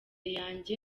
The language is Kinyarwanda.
yanjye